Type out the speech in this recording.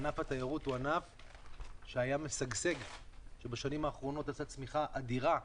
ענף התיירות הוא ענף שהיה משגשג ובשנים האחרונות הוא עשה צמיחה אדירה.